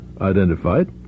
identified